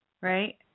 right